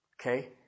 okay